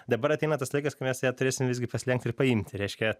dabar ateina tas laikas kai mes ją turėsim visgi pasilenkti ir paimti reiškia